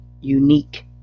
unique